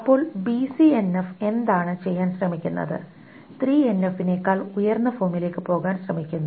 അപ്പോൾ ബിസിഎൻഎഫ് എന്താണ് ചെയ്യാൻ ശ്രമിക്കുന്നത് 3NF നേക്കാൾ ഉയർന്ന ഫോമിലേക്ക് പോകാൻ ശ്രമിക്കുന്നു